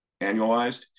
annualized